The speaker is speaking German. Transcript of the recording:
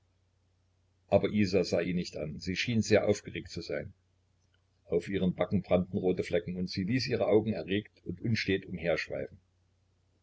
aber isa sah ihn nicht an sie schien sehr aufgeregt zu sein auf ihren backen brannten rote flecken und sie ließ ihre augen erregt und unstet